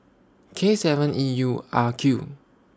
K seven E U R Q